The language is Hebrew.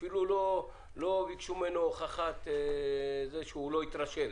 אפילו לא ביקשו ממנו הוכחה שהוא לא התרשל,